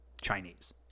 Chinese